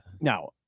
Now